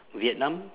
vietnam